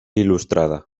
il·lustrada